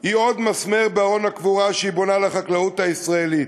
היא עוד מסמר בארון הקבורה שהיא בונה לחקלאות הישראלית.